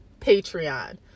Patreon